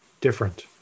different